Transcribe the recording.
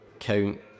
Count